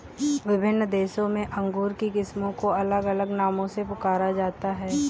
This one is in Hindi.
विभिन्न देशों में अंगूर की किस्मों को अलग अलग नामों से पुकारा जाता है